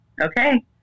okay